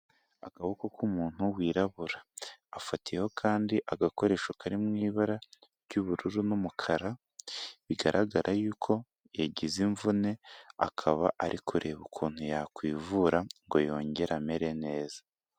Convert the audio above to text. Akaboko k'umuntu wirabura afatiyeho kandi agakoresho kari mu ibara ry'ubururu n'umukara, bigaragara yuko yagize imvune akaba ari kureba ukuntu yakwivura ngo yongere amere neza.